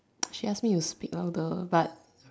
she ask me to speak louder but